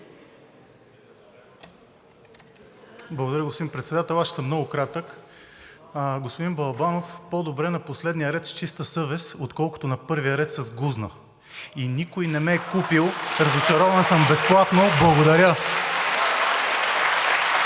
Благодаря, господин Председател. Аз ще съм много кратък. Господин Балабанов, по-добре на последния ред с чиста съвест, отколкото на първия с гузна. И никой не ме е купил, разочарован съм безплатно. (Бурни